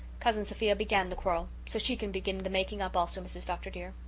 cousin sophia began the quarrel, so she can begin the making up also, mrs. dr. dear,